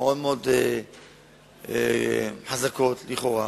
מאוד מאוד חזקות, לכאורה.